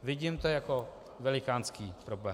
Vidím to jako velikánský problém.